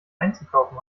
einzukaufen